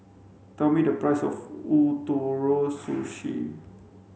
tell me the price of Ootoro Sushi